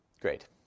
great